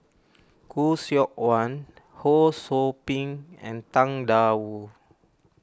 Khoo Seok Wan Ho Sou Ping and Tang Da Wu